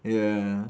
ya